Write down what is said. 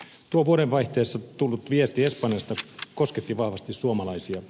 tuo vuodenvaihteessa tullut viesti espanjasta kosketti vahvasti suomalaisia